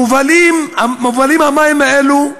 מובלים, המים האלה,